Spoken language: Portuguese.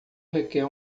requer